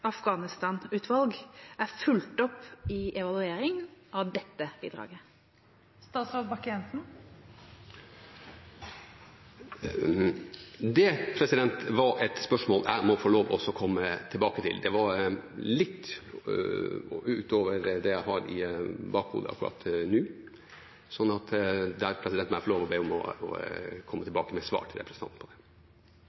Afghanistan-utvalg er fulgt opp i evaluering av dette bidraget? Det var et spørsmål jeg må få lov til å komme tilbake til. Det går litt utover det jeg har i bakhodet akkurat nå. Så jeg må få lov til å be om å komme tilbake med svar på det til